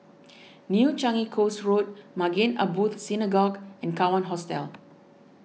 New Changi Coast Road Maghain Aboth Synagogue and Kawan Hostel